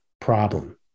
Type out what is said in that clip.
problem